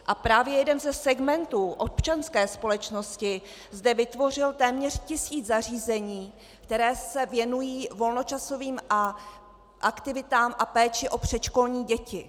A právě jeden ze segmentů občanské společnosti zde vytvořil téměř tisíc zařízení, která se věnují volnočasovým aktivitám a péči o předškolní děti.